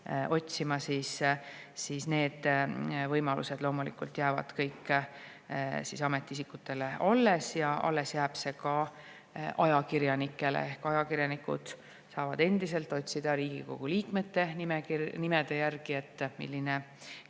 siis need võimalused loomulikult jäävad ametiisikutele alles. Ja alles jääb see ka ajakirjanikele ehk ajakirjanikud saavad endiselt otsida Riigikogu liikme või ministri nime järgi, milline